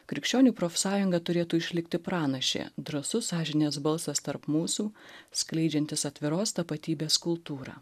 krikščionių profsąjunga turėtų išlikti pranašė drąsus sąžinės balsas tarp mūsų skleidžiantis atviros tapatybės kultūrą